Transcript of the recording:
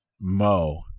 Mo